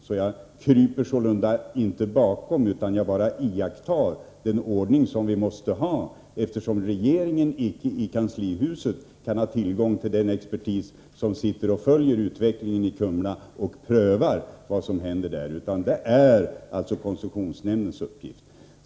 Jag kryper sålunda inte bakom koncessionsnämnden, utan jag iakttar bara den ordning som vi måste ha, eftersom regeringen inte i kanslihuset kan ha tillgång till den expertis som följer utvecklingen i Kumla och prövar vad som händer där — det är koncessionsnämndens uppgift.